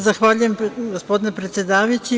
Zahvaljujem gospodine predsedavajući.